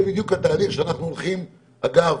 זהו, בדיוק, התהליך שאנחנו הולכים, אגב,